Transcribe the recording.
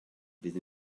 fydd